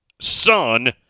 son